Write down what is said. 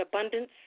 abundance